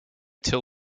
till